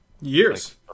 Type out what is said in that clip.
years